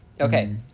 Okay